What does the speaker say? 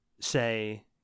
say